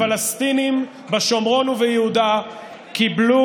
הפלסטינים בשומרון וביהודה קיבלו